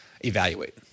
evaluate